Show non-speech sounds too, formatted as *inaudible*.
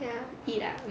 !aiya! eat ah *noise*